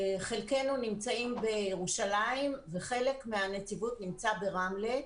חלקנו נמצאים בירושלים וחלק מהנציבות נמצא ברמלה,